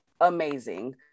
amazing